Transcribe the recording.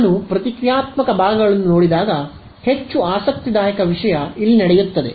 ನಾನು ಪ್ರತಿಕ್ರಿಯಾತ್ಮಕ ಭಾಗಗಳನ್ನು ನೋಡಿದಾಗ ಹೆಚ್ಚು ಆಸಕ್ತಿದಾಯಕ ವಿಷಯ ಇಲ್ಲಿ ನಡೆಯುತ್ತದೆ